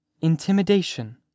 intimidation